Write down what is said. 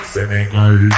Senegal